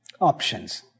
options